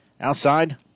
outside